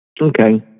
Okay